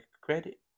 credit